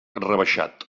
rebaixat